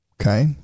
Okay